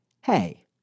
Hey